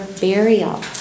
burial